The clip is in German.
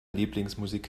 lieblingsmusik